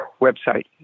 website